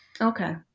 Okay